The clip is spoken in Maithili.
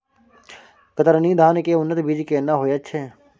कतरनी धान के उन्नत बीज केना होयत छै?